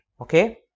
Okay